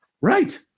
Right